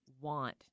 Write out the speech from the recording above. want